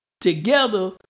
together